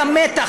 היה מתח,